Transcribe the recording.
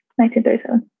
1937